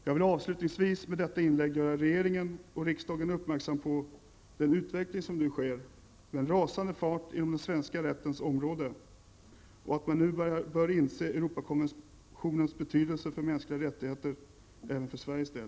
Jag vill avslutningsvis med detta inlägg göra regeringen och riksdagen uppmärksamma på den utveckling som nu sker med en rasande fart inom den svenska rättens område och att man nu bör inse Europakonventionens betydelse för mänskliga rättigheter även för Sveriges del.